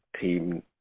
team